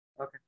Okay